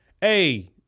hey